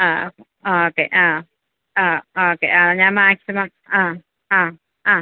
ആ ആ ഓക്കെ ആ ആ ഓക്കെ ആ ഞാൻ മാക്സിമം ആ ആ ആ